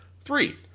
Three